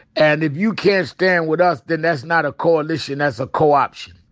and if you can't stand with us, then that's not a coalition. that's a cooption.